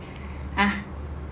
ah